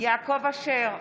יעקב אשר,